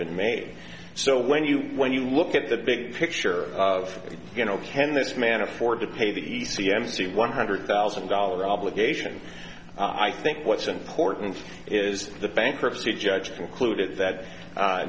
been made so when you when you look at the big picture of you know can this man afford to pay the e c m c one hundred thousand dollars obligation i think what's important is the bankruptcy judge concluded that